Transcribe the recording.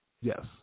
yes